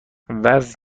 وزن